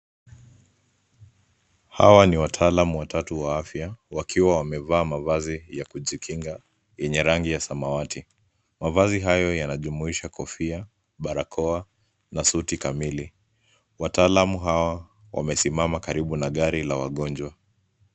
Hawa ni wataalamu watatu wa afya wakiwa wamevaa mavazi ya kujikinga yenye rangi ya samwati mavazi hayo yanajumuisha kofia, barakoa na suti kamili wataalamu hawa wamesimama karibu na gari la wagonjwa.